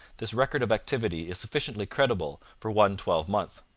this record of activity is sufficiently creditable for one twelve-month.